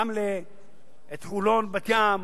רמלה, את חולון, בת-ים,